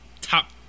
top